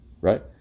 right